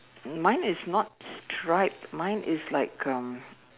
mine is not striped mine is like um